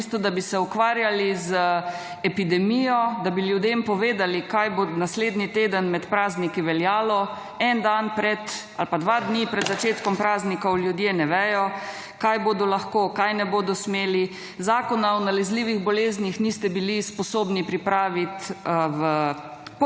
(nadaljevanje) z epidemijo, da bi ljudem povedali, kaj bo naslednji teden med prazniki veljalo, en dan pred ali pa dva dni pred začetkom praznikov ljudje ne vejo, kaj bodo lahko, kaj ne bodo smeli. Zakona o nalezljivih boleznih niste bili sposobni pripraviti v pol